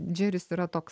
džeris yra toks